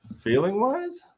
feeling-wise